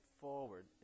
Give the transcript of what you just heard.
forward